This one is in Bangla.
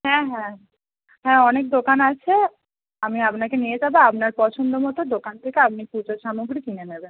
হ্যাঁ হ্যাঁ হ্যাঁ অনেক দোকান আছে আমি আপনাকে নিয়ে যাবো আপনার পছন্দ মতো দোকান থেকে আপনি পুজোর সামগ্রী কিনে নেবেন